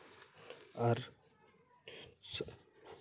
ᱟᱨ